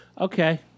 Okay